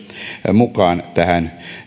mukaan tähän